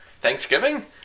Thanksgiving